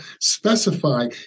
specify